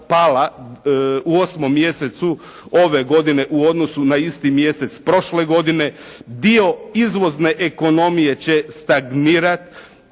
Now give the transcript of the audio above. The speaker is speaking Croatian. u 8. mjesecu ove godine u odnosu na isti mjesec prošle godine. Dio izvozne ekonomije će stagnirati.